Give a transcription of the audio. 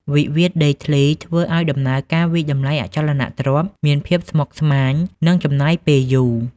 វិវាទដីធ្លីធ្វើឱ្យដំណើរការវាយតម្លៃអចលនទ្រព្យ មានភាពស្មុគស្មាញ និងចំណាយពេលយូរ។